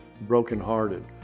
brokenhearted